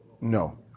No